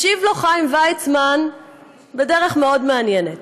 השיב לו חיים ויצמן בדרך מאוד מעניינת.